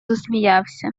засміявся